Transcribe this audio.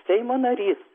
seimo narys